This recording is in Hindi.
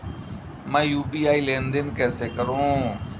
मैं यू.पी.आई लेनदेन कैसे करूँ?